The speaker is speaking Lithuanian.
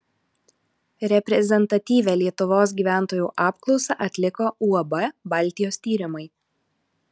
reprezentatyvią lietuvos gyventojų apklausą atliko uab baltijos tyrimai